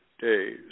days